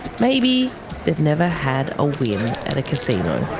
maybe they've never had a win at a casino.